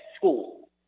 school